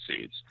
seeds